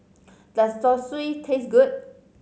does Zosui taste good